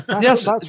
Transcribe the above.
Yes